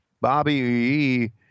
Bobby